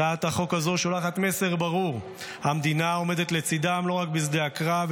הצעת החוק הזו שולחת מסר ברור: המדינה עומדת לצידם לא רק בשדה הקרב,